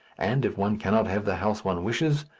and if one cannot have the house one wishes,